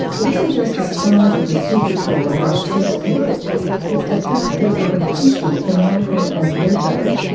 it isn't just the size of the super trawler that upsets people it's the fact that it will be fishing for mackerel and redbait,